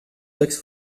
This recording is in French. taxe